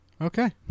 Okay